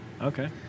Okay